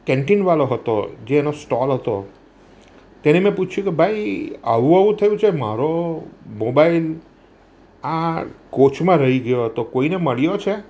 કેન્ટિનવાળો હતો જેનો સ્ટોલ હતો તેને મેં પૂછ્યું કે ભાઈ આવું આવું થયું છે મારો મોબાઈલ આ કોચમાં રહી ગયો હતો કોઈને મળ્યો છે